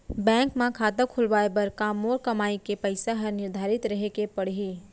Bank म खाता खुलवाये बर का मोर कमाई के पइसा ह निर्धारित रहे के पड़ही?